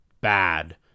bad